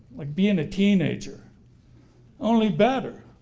like being a teenager only better,